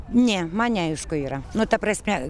ne man neaišku yra nu ta prasme